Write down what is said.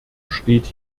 steht